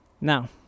Now